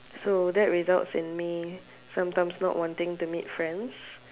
so that results in me sometimes not wanting to meet friends